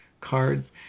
cards